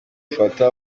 fata